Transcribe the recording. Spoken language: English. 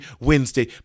Wednesday